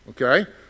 Okay